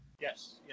Yes